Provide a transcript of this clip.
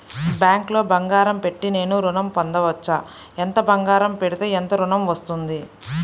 బ్యాంక్లో బంగారం పెట్టి నేను ఋణం పొందవచ్చా? ఎంత బంగారం పెడితే ఎంత ఋణం వస్తుంది?